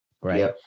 right